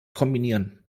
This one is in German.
kombinieren